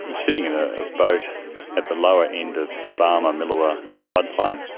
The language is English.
but sitting in a boat at the lower end of the barmah-millewa floodplain,